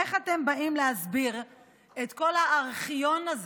איך אתם באים להסביר את כל הארכיון הזה,